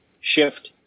shift